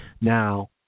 Now